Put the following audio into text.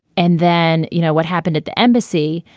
and then, you know what happened at the embassy.